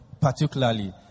particularly